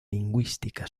lingüística